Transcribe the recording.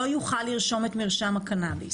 לא יוכל לרשום את מרשם הקנביס.